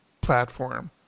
platform